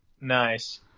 Nice